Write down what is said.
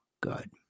good